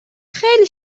خیلی